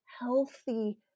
healthy